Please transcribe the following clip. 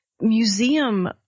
museum